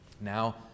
Now